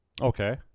Okay